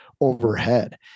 overhead